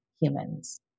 humans